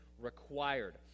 required